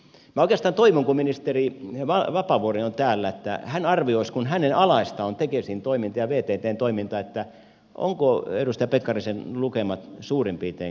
minä oikeastaan toivon kun ministeri vapaavuori on täällä että hän arvioisi kun hänen alaistaan on tekesin toiminta ja vttn toiminta ovatko edustaja pekkarisen lukemat suurin piirtein kohdallaan